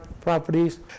properties